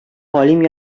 галим